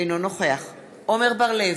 אינו נוכח עמר בר-לב,